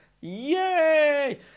Yay